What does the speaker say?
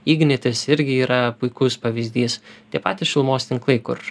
ignitis irgi yra puikus pavyzdys tie patys šilumos tinklai kur